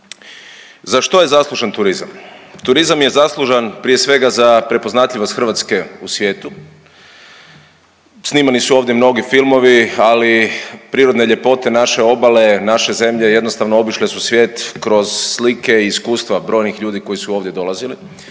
Za što je zaslužan turizam? Turizam je zaslužan prije svega za prepoznatljivost Hrvatske u svijetu, snimani su ovdje mnogi filmovi ali prirodne ljepote naše obale, naše zemlje jednostavno obišle su svijet kroz slike i iskustva brojnih ljudi koji su ovdje dolazili.